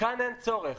כאן אין צורך.